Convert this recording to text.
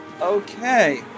Okay